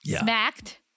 Smacked